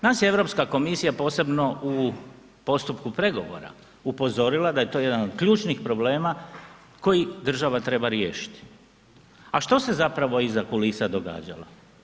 Nas je Europska komisija posebno u postupku pregovora upozorila da je to jedan od ključnih problema koji država treba riješiti a što se zapravo iza kulisa događalo?